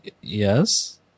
yes